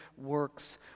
works